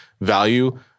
value